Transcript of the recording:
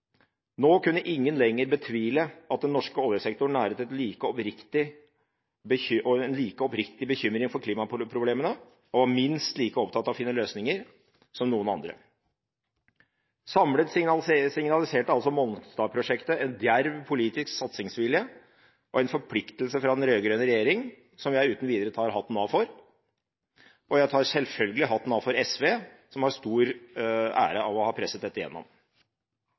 Nå kunne ingen lenger betvile at den norske oljesektoren næret en like oppriktig bekymring for klimaproblemene og var minst like opptatt av å finne løsninger som noen andre. Samlet sett signaliserte altså Mongstad-prosjektet en djerv politisk satsingsvilje og en forpliktelse fra den rød-grønne regjeringen som jeg uten videre tar av meg hatten for. Jeg tar selvfølgelig også av meg hatten for SV, som har mye av æren for å ha presset dette